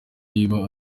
niba